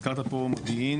הזכרת פה מודיעין.